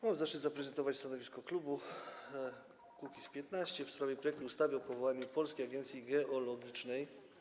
Mam zaszczyt zaprezentować stanowisko klubu Kukiz’15 w sprawie projektu ustawy o powołaniu Polskiej Agencji Geologicznej.